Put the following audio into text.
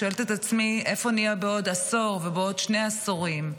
ושואלת את עצמי איפה נהיה בעוד עשור ובעוד שני עשורים,